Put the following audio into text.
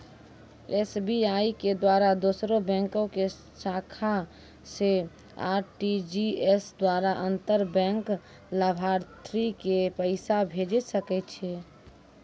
SBI के द्वारा दोसरो बैंको के शाखा से आर.टी.जी.एस द्वारा अंतर बैंक लाभार्थी के पैसा भेजै सकै छै